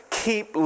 keep